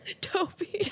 Toby